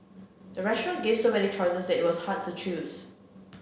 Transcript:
the restaurant gave so many choices that it was hard to choose